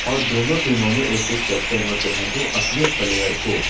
اور دونوں ٹیموں میں ایک ایک کیپٹن ہوتے ہیں جو اپنے پلیئر کو